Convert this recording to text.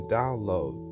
download